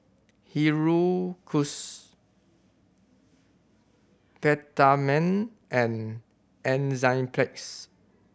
Peptamen and Enzyplex